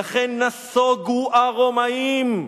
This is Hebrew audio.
"לכן נסוגו הרומאים",